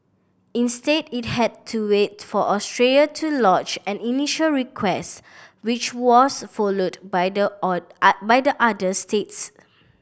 instead it had to wait for Austria to lodge an initial request which was followed by the all by the other states